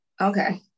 Okay